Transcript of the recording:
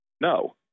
No